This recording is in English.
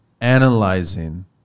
analyzing